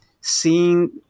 seeing